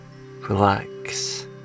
relax